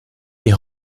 die